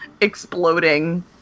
exploding